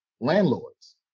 landlords